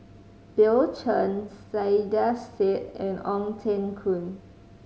Bill Chen Saiedah Said and Ong Teng Koon